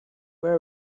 where